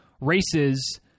races